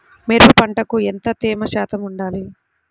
మిరప పంటకు ఎంత తేమ శాతం వుండాలి?